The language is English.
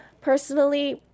Personally